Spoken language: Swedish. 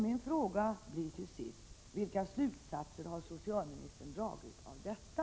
Min fråga blir till sist: Vilka slutsatser har socialministern dragit av detta?